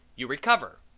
you recover.